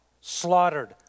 slaughtered